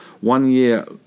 one-year